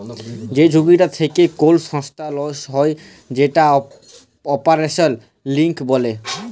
যে ঝুঁকিটা থেক্যে কোল সংস্থার লস হ্যয়ে যেটা অপারেশনাল রিস্ক বলে